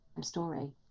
story